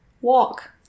walk